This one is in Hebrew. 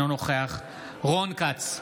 אינו נוכח רון כץ,